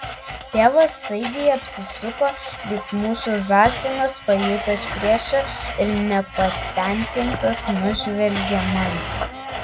tėvas staigiai apsisuko lyg mūsų žąsinas pajutęs priešą ir nepatenkintas nužvelgė mane